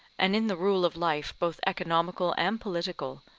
and in the rule of life both economical and political,